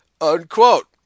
unquote